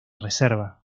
reserva